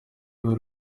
b’i